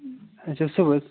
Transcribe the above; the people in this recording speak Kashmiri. اَچھا صُبحَس